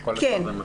כן.